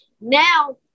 Now